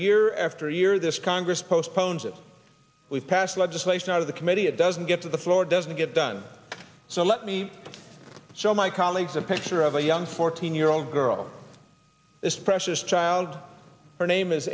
year after year this congress postpones it we passed legislation out of the committee it doesn't get to the floor doesn't get done so let me show my colleagues a picture of a young fourteen year old girl this precious child her name is